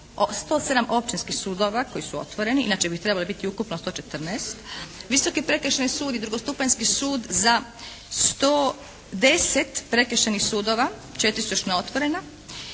107 općinskih sudova koji su otvoreni. Inače bi ih trebalo biti ukupno 114. Visoki prekršajni sud i drugostupanjski sud za 110 prekršajnih sudova, 4 su još neotvorena